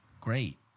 Great